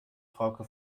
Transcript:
frauke